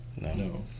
No